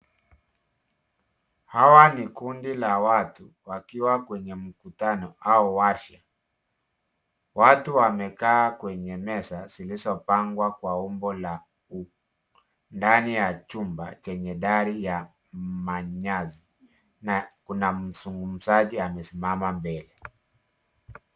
Hawa ni kundi la watu wakiwa kwenye mkutano au warsha. Watu wamekaa kwenye meza zilizopangwa kwa umbo la U ndani ya chmba chenye dari ya marumaru na kuna mzungumzaji amesimama mbele.